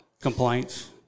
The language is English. complaints